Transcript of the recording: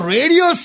Radio